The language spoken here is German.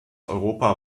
europa